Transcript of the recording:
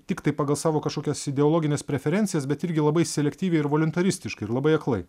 tiktai pagal savo kažkokias ideologines preferencijas bet irgi labai selektyviai ir voliuntaristiškai ir labai aklai